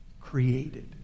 Created